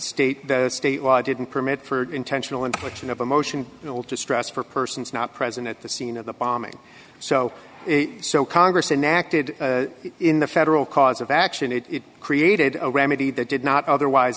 state the state didn't permit for intentional infliction of emotion and all to stress for persons not present at the scene of the bombing so so congress enact it in the federal cause of action it created a remedy that did not otherwise